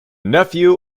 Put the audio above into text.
nephew